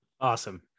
awesome